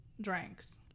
drinks